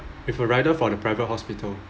with a rider for the private hospital